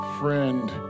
friend